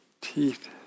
teeth